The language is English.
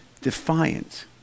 defiant